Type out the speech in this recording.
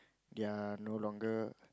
they're no longer